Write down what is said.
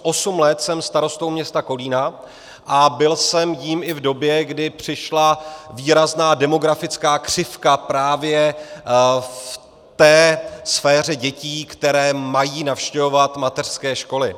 Osm let jsem starostou města Kolína a byl jsem jím i v době, kdy přišla výrazná demografická křivka právě v té sféře dětí, které mají navštěvovat mateřské školy.